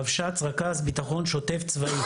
רבש"ץ, רכז ביטחון שוטף צבאי.